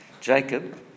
Jacob